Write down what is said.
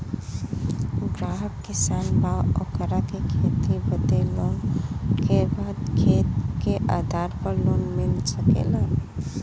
ग्राहक किसान बा ओकरा के खेती बदे लोन लेवे के बा खेत के आधार पर लोन मिल सके ला?